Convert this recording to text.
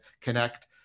connect